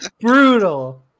Brutal